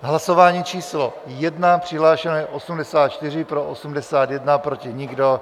Hlasování číslo 1, přihlášeno je 84, pro 81, proti nikdo.